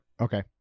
Okay